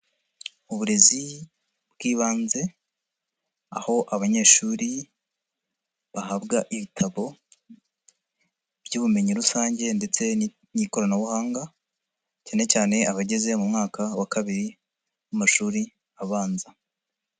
Uburezi bw'ibanze aho abanyeshuri bahabwa ibitabo by'ubumenyi rusange ndetse n'ikoranabuhanga, cyane cyane abageze mu mwaka wa kabiri w'amashuri abanza.